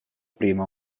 prima